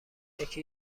یکی